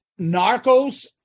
Narcos